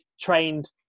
trained